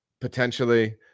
potentially